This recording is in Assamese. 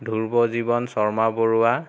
ধ্ৰুৱ জীৱন শৰ্মা বৰুৱা